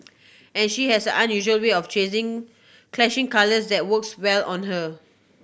and she has an unusual way of clashing colours that works well on her